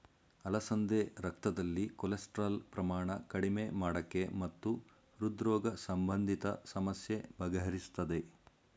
ಅಲಸಂದೆ ರಕ್ತದಲ್ಲಿ ಕೊಲೆಸ್ಟ್ರಾಲ್ ಪ್ರಮಾಣ ಕಡಿಮೆ ಮಾಡಕೆ ಮತ್ತು ಹೃದ್ರೋಗ ಸಂಬಂಧಿತ ಸಮಸ್ಯೆ ಬಗೆಹರಿಸ್ತದೆ